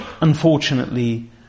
Unfortunately